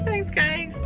these guys